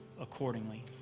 accordingly